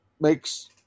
makes